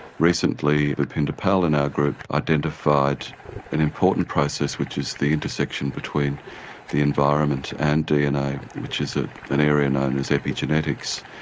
recently bhupinder pal in our group identified an important process which is the intersection between the environment and dna which is ah an area known as epigenetics.